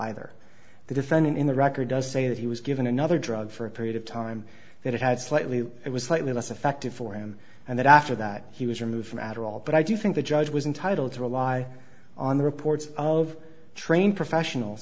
either the defendant in the record does say that he was given another drug for a period of time that it had slightly it was slightly less effective for him and that after that he was removed from adderall but i do think the judge was entitled to rely on the reports of trained professionals